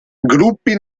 gruppi